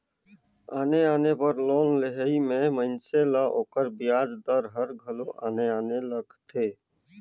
आने आने बर लोन लेहई में मइनसे ल ओकर बियाज दर हर घलो आने आने लगथे